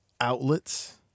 outlets